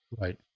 Right